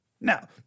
Now